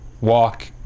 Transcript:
walk